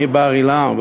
מבר-אילן,